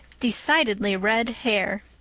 decidedly red hair.